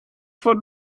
von